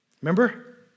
Remember